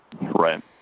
Right